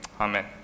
amen